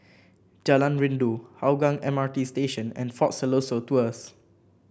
Jalan Rindu Hougang M R T Station and Fort Siloso Tours